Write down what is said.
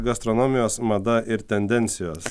gastronomijos mada ir tendencijos